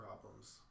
problems